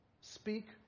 speak